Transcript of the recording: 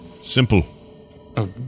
Simple